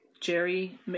Jerry